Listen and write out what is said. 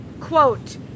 quote